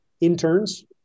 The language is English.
interns